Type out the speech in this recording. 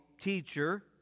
teacher